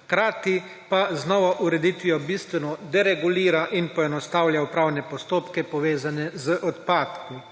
hkrati pa z novo ureditvijo bistveno deregulira in poenostavlja upravne postopke, povezane z odpadki.